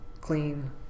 clean